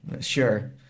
sure